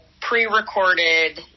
pre-recorded